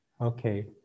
Okay